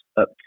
up